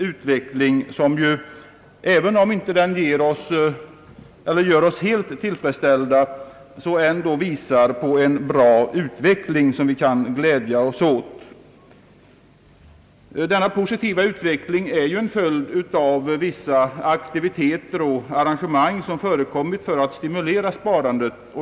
Även om den inte gör oss helt tillfredsställda är den en bra utveckling som vi kan glädja oss åt. Denna positiva utveckling är en följd av vissa aktiviteter och arrangemang som har förekommit för att stimulera sparandet.